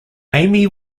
amy